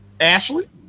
Ashley